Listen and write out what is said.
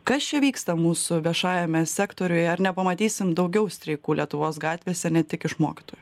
kas čia vyksta mūsų viešajame sektoriuje ar nepamatysim daugiau streikų lietuvos gatvėse ne tik iš mokytojų